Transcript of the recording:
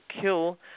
kill